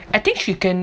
I think she can